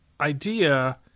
idea